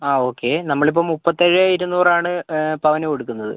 ആ ഓക്കെ നമ്മളിപ്പം മുപ്പത്തേഴ് ഇരുന്നൂറാണ് പവന് കൊടുക്കുന്നത്